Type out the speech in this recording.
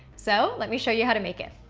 so, let me show you how to make it.